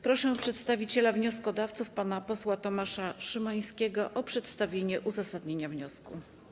Proszę przedstawiciela wnioskodawców pana posła Tomasza Szymańskiego o przedstawienie uzasadnienia wniosku.